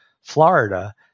Florida